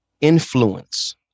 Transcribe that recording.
influence